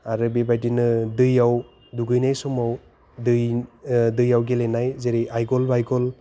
आरो बेबायदिनो दैयाव दुगैनाय समाव दै दैयाव गेलेनाय जेरै आयगल बायगल